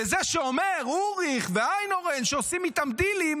וזה שאומר אוריך ואיינהורן שעושים איתם דילים,